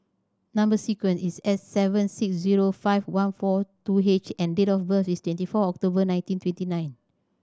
number sequence is S seven six zero five one four two H and date of birth is twenty four October nineteen twenty nine